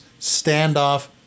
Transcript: Standoff